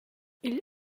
igl